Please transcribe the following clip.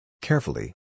Carefully